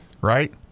Right